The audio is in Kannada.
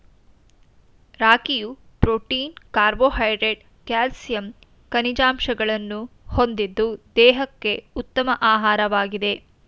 ರಾಗಿಯು ಪ್ರೋಟೀನ್ ಕಾರ್ಬೋಹೈಡ್ರೇಟ್ಸ್ ಕ್ಯಾಲ್ಸಿಯಂ ಖನಿಜಾಂಶಗಳನ್ನು ಹೊಂದಿದ್ದು ದೇಹಕ್ಕೆ ಉತ್ತಮ ಆಹಾರವಾಗಿದೆ